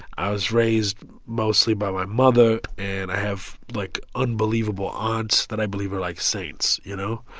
i was raised mostly by my mother. and i have, like, unbelievable aunts that i believe are, like, saints. you know?